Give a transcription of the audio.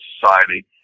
society